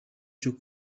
cyo